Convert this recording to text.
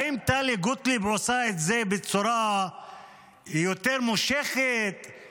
האם טלי גוטליב עושה את זה בצורה מושכת יותר?